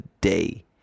day